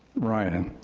ryan.